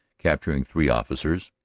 ca pturing three officers,